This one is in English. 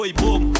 boom